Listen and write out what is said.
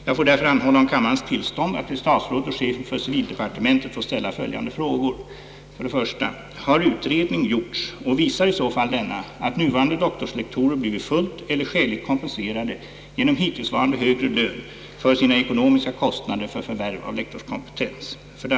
Jag får därför anhålla om kammarens tillstånd att till statsrådet och chefen för civildepartementet ställa följande frågor: 1) Har utredning gjorts och visar i så fall denna, att nuvarande doktorslektorer blivit fullt eller skäligt kompenserade genom hittillsvarande högre lön för sina ekonomiska kostnader för förvärv av lektorskompetens?